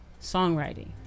songwriting